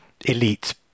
elite